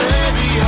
Baby